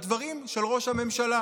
בדברים של ראש הממשלה: